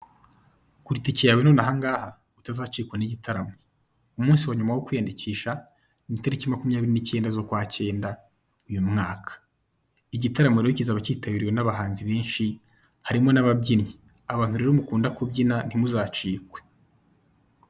Gura itike yawe nonaha ngaha utazacikwa n'igitaramo, umunsi wanyuma wo kwiyandikisha ni iteriki makumyabiri n'icyenda z'ukwa cyenda uyu mwaka, igitaramo rero kizaba kitabiriwe n'abanzi benshi harimo n'ababyinnyi abantu rero mukunda kubyina ntimuzacikwe.